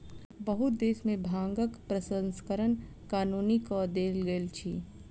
बहुत देश में भांगक प्रसंस्करण कानूनी कअ देल गेल अछि